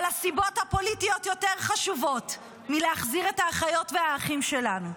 אבל הסיבות הפוליטיות יותר חשובות מלהחזיר את האחיות והאחים שלנו.